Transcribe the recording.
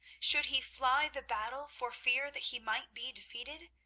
should he fly the battle for fear that he might be defeated?